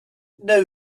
know